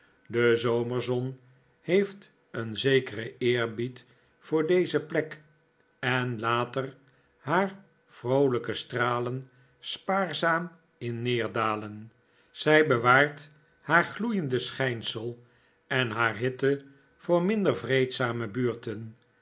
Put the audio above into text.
de zomerzon heeft een zekeren eerbied voor deze plek en laat er haar vroolijke stralen spaarzaam in neerdalen zij bewaart haar gloeiende schijnsel en haar hitte voor minder vreedzame buurten